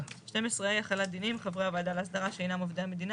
12(ה) החלת דינים: חברי הוועדה להסדרה שאינם עובדי המדינה